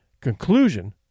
Conclusion